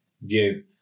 view